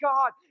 God